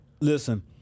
Listen